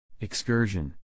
excursion